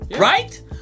Right